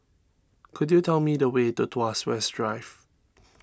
could you tell me the way to Tuas West Drive